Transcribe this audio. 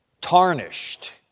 tarnished